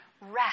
rest